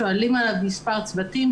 שואלים עליו מספר צוותים,